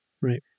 Right